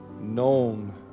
known